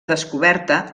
descoberta